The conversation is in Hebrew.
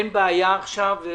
שאין בעיה עכשיו.